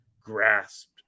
grasped